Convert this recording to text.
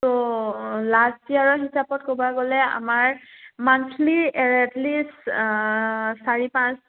তো লাষ্ট ইয়াৰৰ হিচাপত ক'ব গ'লে আমাৰ মানথলি এট লিষ্ট চাৰি পাঁচ